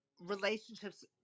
relationships